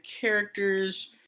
characters